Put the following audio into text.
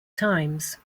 times